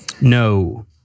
No